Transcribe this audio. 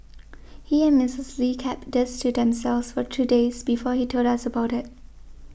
he and Mrs Lee kept this to themselves for two days before he told us about it